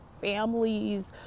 families